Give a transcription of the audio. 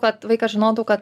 kad vaikas žinotų kad